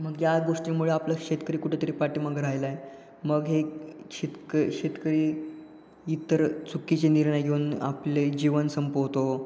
मग या गोष्टींमुळे आपलं शेतकरी कुठंतरी पाठीमागं राहिला आहे मग हे शेतक शेतकरी इतर चुकीचे निर्णय घेऊन आपले जीवन संपवतो